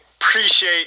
appreciate